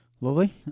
Lovely